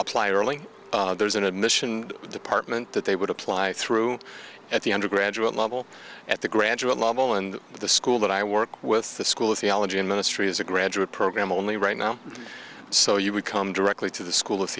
apply early there's an admission department that they would apply through at the undergraduate level at the graduate level and the school that i work with the school of theology in ministry is a graduate program only right now so you would come directly to the school